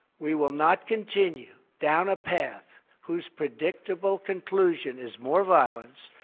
we will not continue down a path whose predictable conclusion is more violence,